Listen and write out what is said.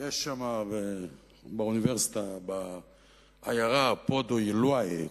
יש שם באוניברסיטה בעיירה פודו אילואיי,